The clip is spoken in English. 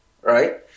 right